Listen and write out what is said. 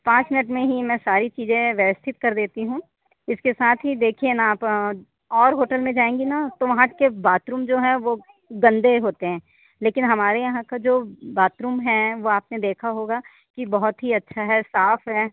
पाँच मिनिट में ही मैं सारी चीज़ें व्यवस्थित कर देती हूँ इसके साथ ही देखिए ना आप और होटल में जाएँगी ना वहाँ के बाथरूम जो हैं वो गंदे होते है लेकिन हमारे यहाँ का जो बाथरूम है आपने देखा होगा कि बहुत ही अच्छा है साफ़ है